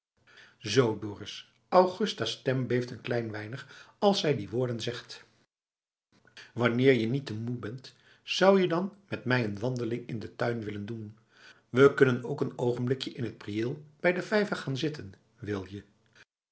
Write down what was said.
zoo dorus augusta's stem beeft een klein weinig als zij die woorden zegt wanneer je niet te moe bent zou je dan met mij een wandeling in den tuin willen doen we kunnen ook een oogenblikje in het prieel bij den vijver gaan zitten wil je